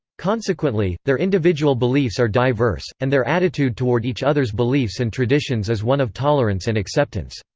consequently, their individual beliefs are diverse, and their attitude toward each other's beliefs and traditions is one of tolerance and acceptance.